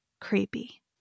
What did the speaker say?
creepy